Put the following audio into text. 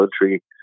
country